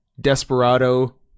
Desperado